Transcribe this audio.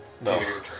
No